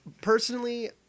personally